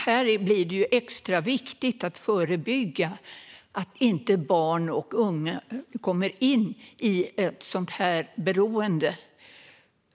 Här blir det extra viktigt att förebygga så att inte barn och unga kommer in i ett sådant beroende.